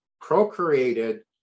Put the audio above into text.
procreated